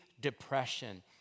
depression